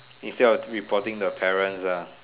instead of reporting the parents ah